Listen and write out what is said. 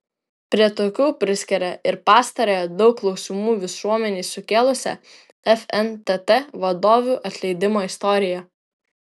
prie tokių priskiria ir pastarąją daug klausimų visuomenei sukėlusią fntt vadovų atleidimo istoriją